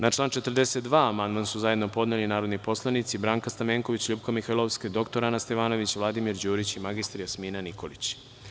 Na član 42. amandman su zajedno podneli narodni poslanici Branka Stamenković, LJupka Mihajlovska, dr Ana Stevanović, Vladimir Đurić i mr Jasmina Nikolić.